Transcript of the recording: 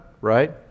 right